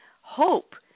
hope